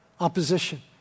opposition